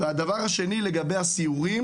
לגבי הסיורים